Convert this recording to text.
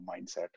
mindset